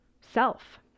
self